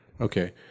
Okay